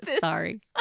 sorry